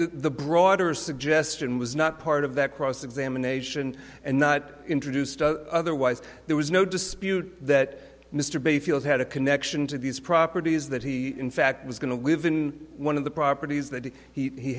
the broader suggestion was not part of that cross examination and not introduced otherwise there was no dispute that mr bayfield had a connection to these properties that he in fact was going to live in one of the properties that he